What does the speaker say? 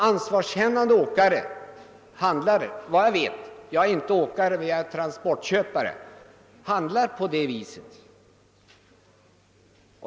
Ansvarskännande åkare reagerar såvitt jag vet — jag är inte åkare utan transportköpare — på det viset.